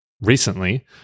recently